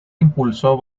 impulsó